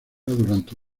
durante